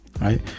Right